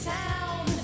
town